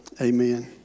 Amen